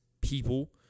people